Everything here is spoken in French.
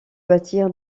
bâtir